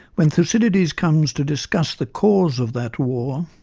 when thucydides comes to discuss the causes of that war,